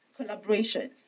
collaborations